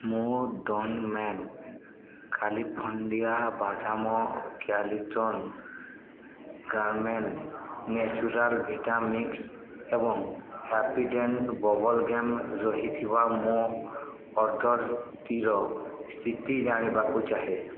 ମୁଁ Don California ବାଦାମ walnut gourmet natural vita mix ଏବଂ ହ୍ୟାପି ଡେଣ୍ଟ ବବଲ୍ ଗମ୍ ରହିଥିବା ମୋ ଅର୍ଡ଼ର୍ଟିର ସ୍ଥିତି ଜାଣିବାକୁ ଚାହେଁ